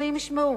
שהעיתונאים ישמעו.